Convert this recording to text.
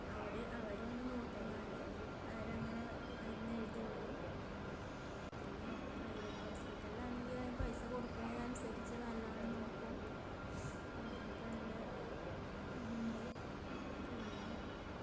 അവിടെ അവരൊന്ന് നോക്കിങ്ങാണ്ട് അവരങ്ങനെ മരുന്ന് എഴുതി വിടും പിന്നെ പ്രൈവറ്റ് ഹോസ്പിറ്റലാണെങ്കിൽ പൈസ കൊടുക്കുന്നതനുസരിച്ച് നല്ലവണ്ണം നോക്കും അങ്ങനെയൊക്കെ ഉള്ള ഇന്നുണ്ട് പിന്നെ